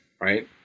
right